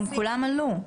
למשל,